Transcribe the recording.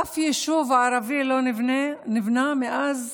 אף יישוב ערבי לא נבנה מאז